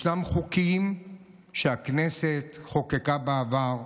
ישנם חוקים שהכנסת חוקקה בעבר,